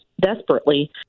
desperately